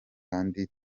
kandi